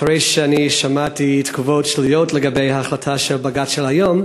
אחרי ששמעתי תגובות שליליות על ההחלטה של בג"ץ היום,